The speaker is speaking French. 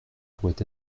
pourrait